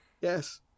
Yes